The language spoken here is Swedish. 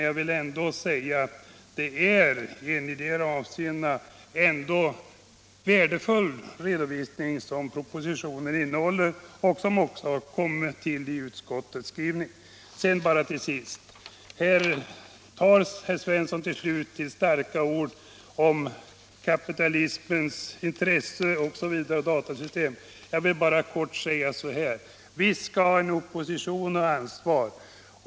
Jag vill ändå säga att det är en värdefull redovisning som propositionen innehåller, vilket också kommer till uttryck i utskottets skrivning. Till sist: Herr Svensson i Eskilstuna tar till starka ord om kapitalismens intresse av datasystem osv. Jag vill bara kort säga, att visst skall en opposition ha ansvar.